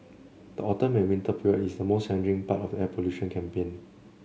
the autumn and winter period is the most challenging part of the air pollution campaign